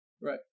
Right